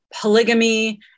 polygamy